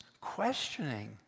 questioning